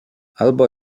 albo